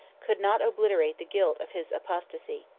could not obliterate the guilt of his apostasy.